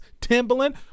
timberland